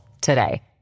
today